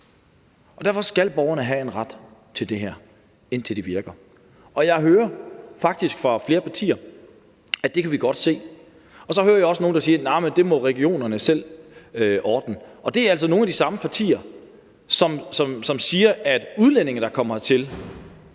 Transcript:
Derfor skal borgerne have en ret til det her, indtil det virker. Jeg hører faktisk fra flere partier, at det kan de godt se, og så hører jeg også nogle, der siger, at det må regionerne selv ordne. Det er altså nogle af de samme partier, som siger, at udlændinge, der kommer hertil,